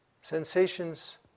sensations